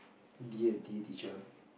D-and-T teacher